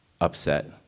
upset